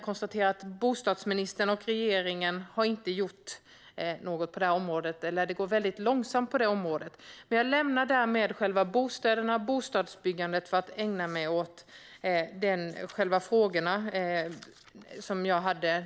Bostadsministern och regeringen har inte gjort något på området, eller det går åtminstone väldigt långsamt. Men jag lämnar problemet med bostäder och bostadsbyggandet och ägnar mig i stället åt de frågor som jag hade.